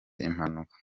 impanuka